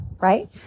Right